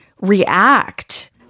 react